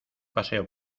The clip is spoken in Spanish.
paseo